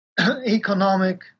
economic